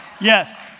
Yes